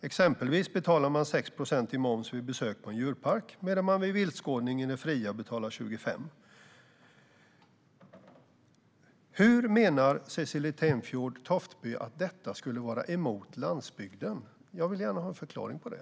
Exempelvis betalar man 6 procent i moms vid ett besök på en djurpark, medan man vid viltskådning i det fria betalar 25 procent." Hur menar Cecilie Tenfjord-Toftby att detta skulle vara emot landsbygden? Jag vill gärna ha en förklaring till det.